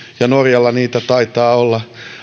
ja norjalla niitä taitaa olla